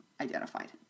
identified